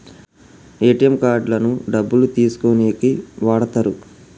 ATM కార్డులను డబ్బులు తీసుకోనీకి వాడతరు